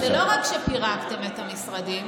לא רק פירקתם את המשרדים,